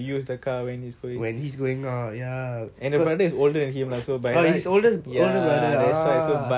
but he's older oh older brother ah ya by right ya